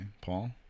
Paul